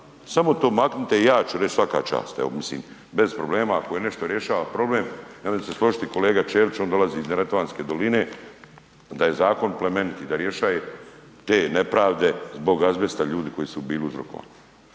Samo to maknite i ja ću reći svaka čast. Evo mislim bez problema, ako je nešto rješava problem, ja mislim da će se složiti i kolega Ćelić on dolazi iz Neretvanske doline, da je zakon plemenit i da rješaje te nepravde zbog azbesta, ljudi koji su bili uzrokovani.